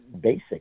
basic